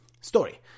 story